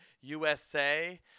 USA